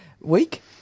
week